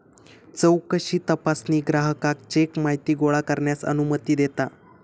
चौकशी तपासणी ग्राहकाक चेक माहिती गोळा करण्यास अनुमती देता